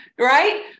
right